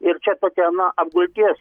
ir čia tokia na apgulties